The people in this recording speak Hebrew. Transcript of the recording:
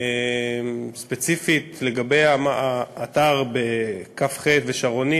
ספציפית לגבי האתר ב"כ.ח" ו"שרונים",